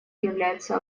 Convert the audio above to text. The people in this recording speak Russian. является